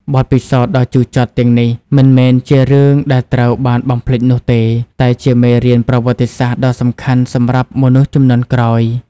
បទពិសោធន៍ដ៏ជូរចត់ទាំងនេះមិនមែនជារឿងដែលគួរត្រូវបានបំភ្លេចនោះទេ តែជាមេរៀនប្រវត្តិសាស្ត្រដ៏សំខាន់សម្រាប់មនុស្សជំនាន់ក្រោយ។